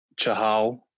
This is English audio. Chahal